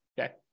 Okay